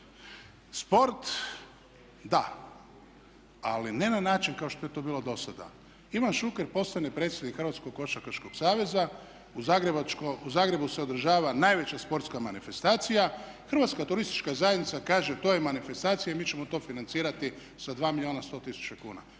sport da, ali ne način kao što je to bilo dosada. Ivan Šuker postane predsjednik Hrvatskog košarkaškog saveza u Zagrebu se održava najveća sportska manifestacija a Hrvatska turistička zajednica kaže to je manifestacija i mi ćemo to financirati sa 2 milijuna 100 tisuća kuna.